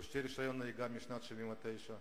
"ברשותי רשיון נהיגה משנת 1979,